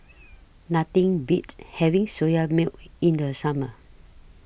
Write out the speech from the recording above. Nothing Beats having Soya Milk in The Summer